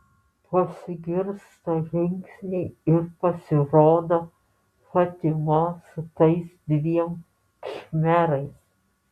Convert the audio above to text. pasigirsta žingsniai ir pasirodo fatima su tais dviem khmerais